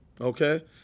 Okay